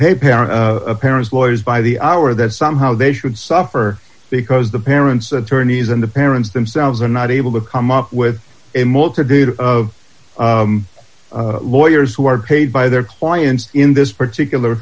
pay parent parents lawyers by the hour that somehow they should suffer because the parents attorneys and the parents themselves are not able to come up with a multitude of lawyers who are paid by their clients in this particular